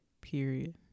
period